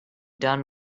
done